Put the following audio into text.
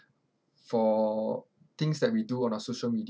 for things that we do on our social media